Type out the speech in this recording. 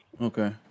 Okay